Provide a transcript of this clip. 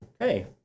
Okay